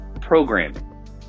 programming